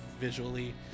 visually